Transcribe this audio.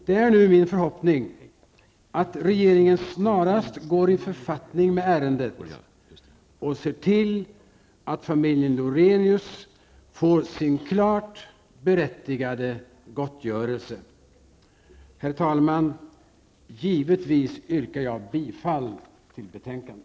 Det är nu min förhoppning att regeringen snarast går i författning med ärendet och ser till att familjen Lorenius får sin klart berättigade gottgörelse. Herr talman! Givetvis yrkar jag bifall till utskottets hemställan.